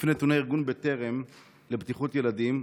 לפני נתוני ארגון בטרם לבטיחות ילדים,